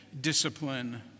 discipline